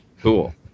Cool